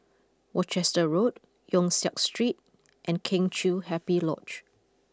Worcester Road Yong Siak Street and Kheng Chiu Happy Lodge